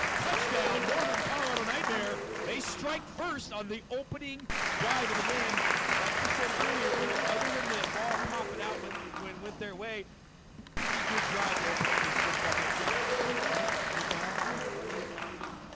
touchdown northern colorado nightmare, they strike first on the opening drive of the game like you said earlier eric other than the ball pop it out when go and went their way pretty good drive to open up this football game. good balance. yeah good balance running passing